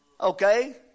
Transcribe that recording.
Okay